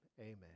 amen